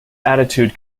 attitude